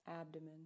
abdomen